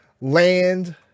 land